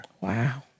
Wow